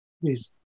Please